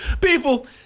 People